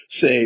say